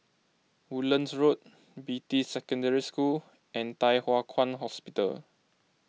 Woodlands Road Beatty Secondary School and Thye Hua Kwan Hospital